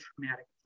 traumatic